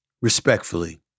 respectfully